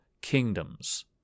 kingdoms